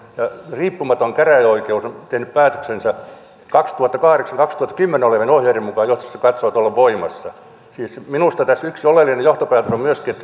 riippumaton käräjäoikeus on tehnyt päätöksensä vuosilta kaksituhattakahdeksan viiva kaksituhattakymmenen olevien ohjeiden mukaan joiden se katsoo olleen voimassa siis minusta tässä yksi oleellinen johtopäätös on myöskin